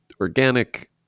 organic